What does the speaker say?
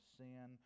sin